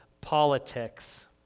politics